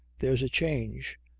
there's a change!